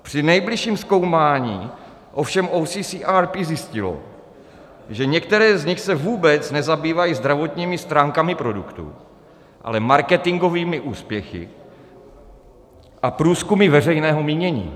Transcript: Při nejbližším zkoumání ovšem OCCRP zjistilo, že některé z nich se vůbec nezabývají zdravotními stránkami produktů, ale marketingovými úspěchy a průzkumy veřejného mínění.